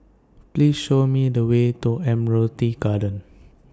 Please Show Me The Way to Admiralty Garden